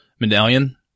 medallion